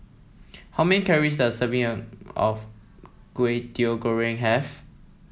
how many calories does serving of Kway Teow Goreng have